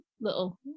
little